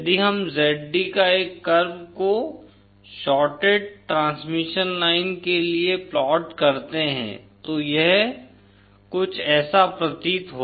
यदि हम Zd का एक कर्व को शॉर्टेड ट्रांसमिशन लाइन के लिए प्लाट करते है तो यह कुछ ऐसा प्रतीत होता है